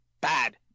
bad